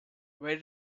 where